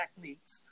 techniques